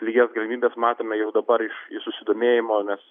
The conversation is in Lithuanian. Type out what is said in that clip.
lygias galimybes matome jau dabar iš susidomėjimo nes